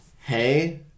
hey